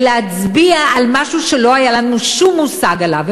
ולהצביע על משהו שלא היה לנו שום מושג עליו.